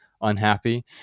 unhappy